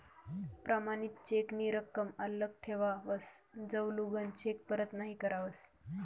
प्रमाणित चेक नी रकम आल्लक ठेवावस जवलगून चेक परत नहीं करावस